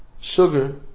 sugar